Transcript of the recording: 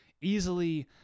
easily